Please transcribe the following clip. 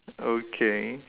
okay